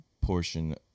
portion